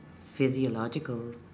physiological